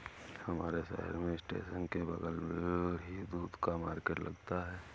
हमारे शहर में स्टेशन के बगल ही दूध का मार्केट लगता है